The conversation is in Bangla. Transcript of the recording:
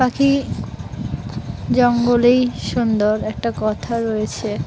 পাখি জঙ্গলেই সুন্দর একটা কথা রয়েছে